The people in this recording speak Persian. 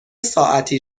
ساعتی